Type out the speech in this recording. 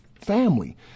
family